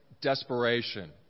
desperation